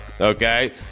okay